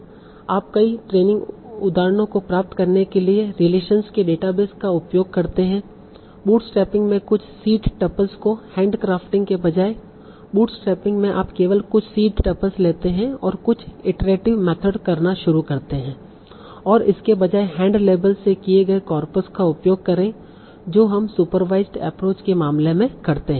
आप कई ट्रेनिंग उदाहरणों को प्राप्त करने के लिए रिलेशनस के डेटाबेस का उपयोग करते हैं बूटस्ट्रैपिंग में कुछ सीड टपल्स को हैंडक्राफ्टिंग के बजाय बूटस्ट्रैपिंग में आप केवल कुछ सीड टपल्स लेते हैं और कुछ इटरेटिव मेथड करना शुरू करते हैं और इसके बजाय हैंड लेबल्ड से किए गए कॉर्पस का उपयोग करें जो हम सुपरवाइसड एप्रोच के मामले में करते हैं